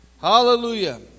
Hallelujah